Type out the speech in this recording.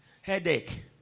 headache